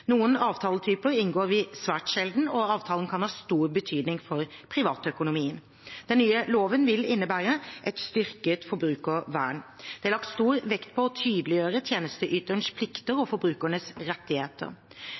Noen avtaletyper inngår vi svært sjelden, og avtalene kan ha stor betydning for privatøkonomien. Den nye loven vil innebære et styrket forbrukervern. Det er lagt stor vekt på å tydeliggjøre tjenesteyternes plikter og forbrukernes rettigheter.